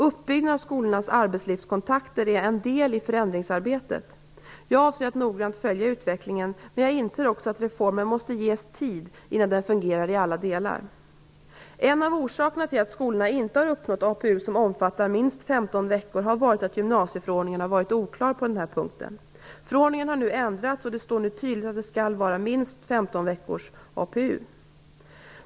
Uppbyggnaden av skolans arbetslivskontakter är en del i förändringsarbetet. Jag avser att noggrant följa utvecklingen, men jag inser också att reformen måste ges tid innan den fungerar i alla delar. En av orsakerna till att skolorna inte har uppnått APU som omfattar minst 15 veckor har varit att gymnasieförordningen har varit oklar på denna punkt. Förordningen har nu ändrats, och det står nu tydligt att det skall vara minst 15 veckors APU.